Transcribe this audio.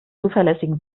zuverlässigen